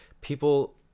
people